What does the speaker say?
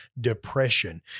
depression